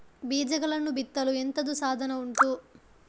ಬೀಜಗಳನ್ನು ಬಿತ್ತಲು ಎಂತದು ಸಾಧನ ಉಂಟು?